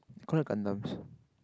we called that gun dams